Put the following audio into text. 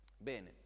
Bene